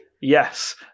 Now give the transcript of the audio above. Yes